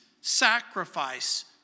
sacrifice